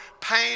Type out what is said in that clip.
Pain